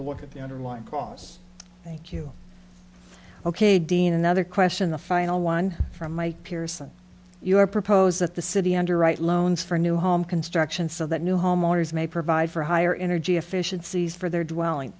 look at the underlying cause thank you ok dean another question the final one from my peers that you have proposed that the city underwrite loans for new home construction so that new homeowners may provide for higher energy efficiencies for their dwelling